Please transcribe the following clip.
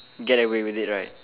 get away with it right